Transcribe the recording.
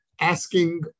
asking